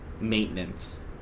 maintenance